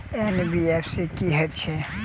NBFC की हएत छै?